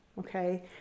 Okay